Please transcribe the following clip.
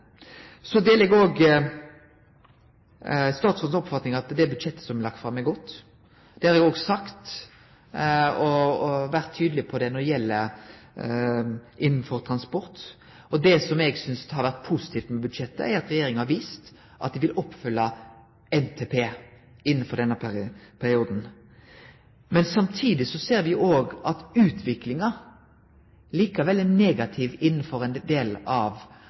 Så deler eg òg statsrådens oppfatning om at det budsjettet som er lagt fram, er godt. Det har eg sagt og vore tydeleg på det når det gjeld transport. Det som eg synest har vore positivt med budsjettet, er at regjeringa har vist at dei vil oppfylle NTP i denne perioden. Men samtidig ser me òg at utviklinga likevel er negativ innanfor ein del av